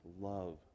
love